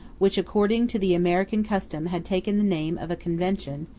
which according to the american custom had taken the name of a convention,